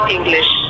English